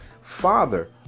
father